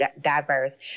diverse